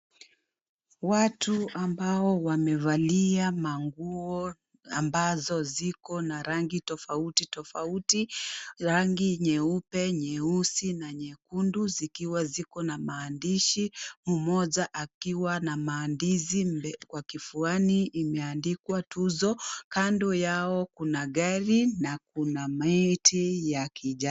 Watu ambao wamevalia manguo ambazo ziko na rangi tofauti tofauti; rangi nyeupe, nyeusi, nyekundu zikiwa ziko na maandishi, mmoja akiwa na maandishi kwa kifuani imeandikwa Tuzo, kando yao kuna gari na kuna miti ya kijani.